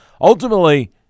ultimately –